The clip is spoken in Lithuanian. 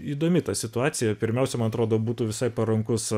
įdomi ta situacija pirmiausia man atrodo būtų visai parankus